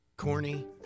Corny